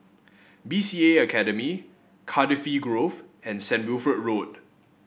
B C A Academy Cardifi Grove and Saint Wilfred Road